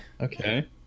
Okay